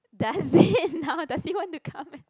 dustbin now does he want to come and